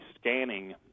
scanning